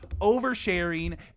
oversharing